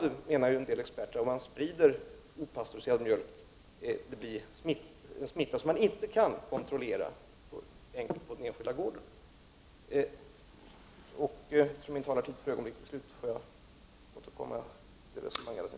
Därför menar en del experter att det kan bli en smitta som inte går att kontrollera på den enskilda gården om pastöriserad mjölk sprids. Jag får återkomma i ett senare inlägg, eftersom min taletid är slut.